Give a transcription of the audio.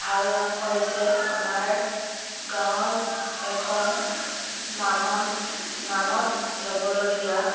ভাল কাম কৰিছে আমাৰ গাঁৱৰ এখন নামন নামত ল'বলগীয়া